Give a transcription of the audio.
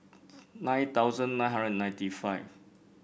nine thousand nine hundred and ninety five